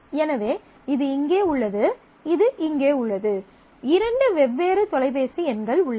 எனவே இது இங்கே உள்ளது இது இங்கே உள்ளது இரண்டு வெவ்வேறு தொலைபேசி எண்கள் உள்ளன